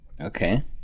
Okay